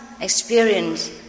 experience